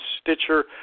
Stitcher